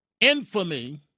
infamy